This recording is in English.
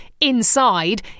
inside